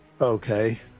okay